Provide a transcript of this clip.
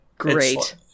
Great